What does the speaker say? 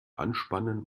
anspannen